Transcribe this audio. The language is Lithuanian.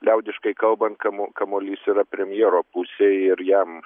liaudiškai kalbant kamuo kamuolys yra premjero pusėj ir jam